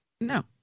No